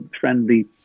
friendly